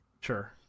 Sure